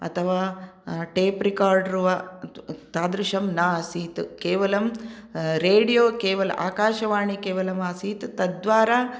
अथवा tape recorder वा तादृशं न आसीत् केवलं रेडियो केवलं आकाशवाणी केवलम् आसीत् तद् द्वारा